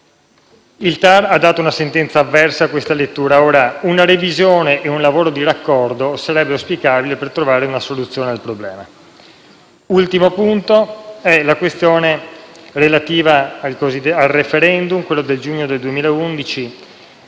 Il TAR ha pronunciato una sentenza avversa a questa lettura. Ora una revisione e un lavoro di raccordo sarebbero auspicabili per trovare una soluzione al problema. In ultimo vi è la questione relativa al *referendum* del giugno 2011